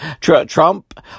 Trump